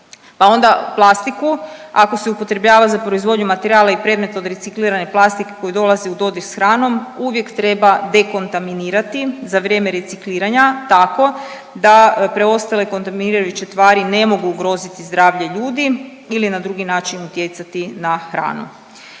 pa onda plastiku ako se upotrebljava za proizvodnju materijala i predmeta od reciklirane plastike koja dolazi u dodir s hranom uvijek treba dekontaminirati za vrijeme recikliranja tako da preostale kontaminirajuće tvari ne mogu ugroziti zdravlje ljudi ili na drugi način utjecati na hranu.